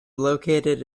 located